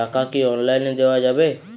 টাকা কি অনলাইনে দেওয়া যাবে?